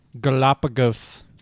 Galapagos